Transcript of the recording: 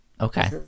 Okay